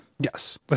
yes